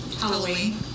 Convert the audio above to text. Halloween